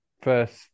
first